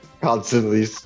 Constantly